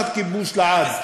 ותחת כיבוש לעד.